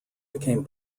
became